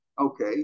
Okay